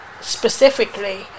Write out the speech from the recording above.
specifically